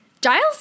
Giles